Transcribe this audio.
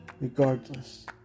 regardless